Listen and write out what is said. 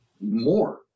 more